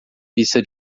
pista